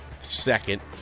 Second